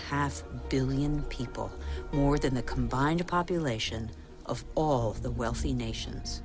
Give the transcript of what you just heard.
half billion people more than the combined a population of all of the wealthy nations